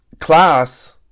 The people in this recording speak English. class